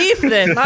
Ethan